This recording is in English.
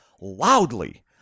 Loudly